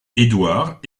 édouard